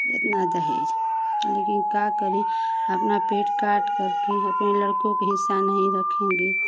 इतना दहेज लेकिन क्या करें अपना पेट काट करके अपने लड़कों का हिस्सा नहीं रखेंगे